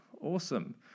awesome